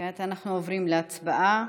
כעת אנחנו עוברים להצבעה.